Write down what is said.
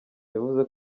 yavuze